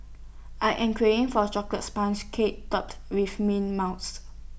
I am craving for A Chocolate Sponge Cake Topped with Mint Mousse